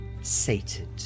sated